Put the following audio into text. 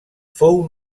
fou